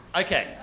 Okay